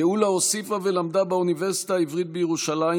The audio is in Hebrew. גאולה הוסיפה ולמדה באוניברסיטה העברית בירושלים